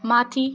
माथि